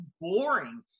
boring